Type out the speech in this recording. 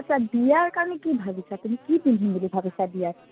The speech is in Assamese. আচ্ছা বিয়াৰ কাৰণে কি ভাবিছা তুমি কি পিন্ধিম বুলি ভাবিছা বিয়াত